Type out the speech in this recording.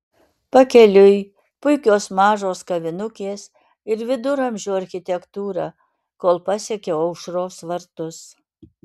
pakeliui puikios mažos kavinukės ir viduramžių architektūra kol pasiekiau aušros vartus